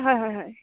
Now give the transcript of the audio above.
হয় হয় হয়